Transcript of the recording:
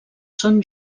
són